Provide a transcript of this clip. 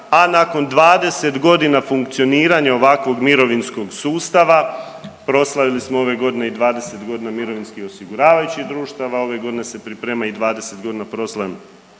a nakon 20.g. funkcioniranja ovakvog mirovinskog sustava, proslavili smo ove godine i 20.g. mirovinskih osiguravajućih društava, ove godine se priprema i 20.g. proslave